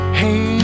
hey